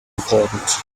important